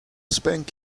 spank